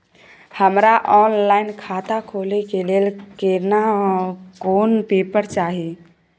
हमरा ऑनलाइन खाता खोले के लेल केना कोन पेपर चाही?